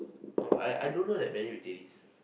bro I I don't know that many retainees